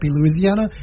Louisiana